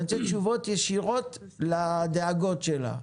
אני רוצה תשובות ישירות לדאגות שלה.